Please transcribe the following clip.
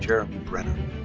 jeremy brener.